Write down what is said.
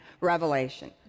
Revelation